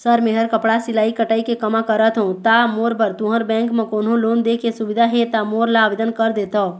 Sir मेहर कपड़ा सिलाई कटाई के कमा करत हों ता मोर बर तुंहर बैंक म कोन्हों लोन दे के सुविधा हे ता मोर ला आवेदन कर देतव?